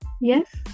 Yes